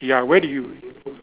ya where do you